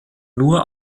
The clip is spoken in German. nur